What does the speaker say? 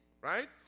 Right